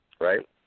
Right